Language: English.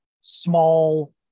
small